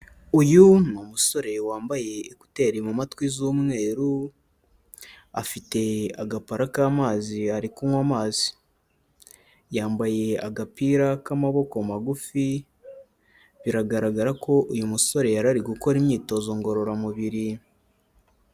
Uyu ni umusore wambaye ekuteri mu matwi z'umweru, afite agapara k'amazi ari kunywa amazi, yambaye agapira k'amaboko magufi biragaragara ko uyu musore yari ari gukora imyitozo ngororamubiri.